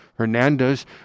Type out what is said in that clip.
Hernandez